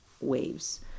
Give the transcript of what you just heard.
waves